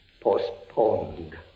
postponed